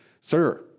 sir